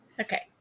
Okay